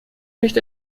nicht